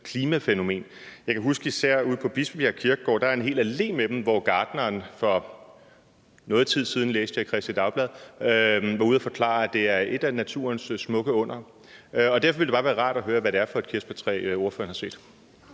klimafænomen. Jeg kan huske, at der især ude på Bispebjerg Kirkegård er en hel allé med dem, hvor gartneren for noget tid siden – læste jeg i Kristeligt Dagblad – var ude at forklare, at det er et af naturens smukke undere. Derfor ville det bare være rart at høre, hvad det er for et kirsebærtræ, ordføreren har set.